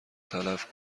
تلف